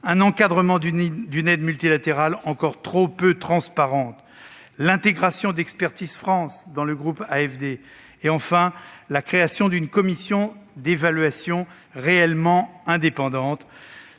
l'encadrement d'une aide multilatérale encore trop peu transparente, l'intégration d'Expertise France dans le groupe AFD et la création d'une commission d'évaluation réellement indépendante.